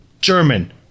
German